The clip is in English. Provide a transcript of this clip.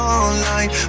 online